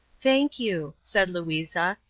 thank you, said louisa,